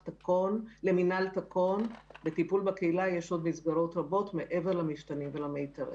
למינהל תקון יש עוד מסגרות רבות לטיפול בקהילה מעבר למפתנים ולמיתרים.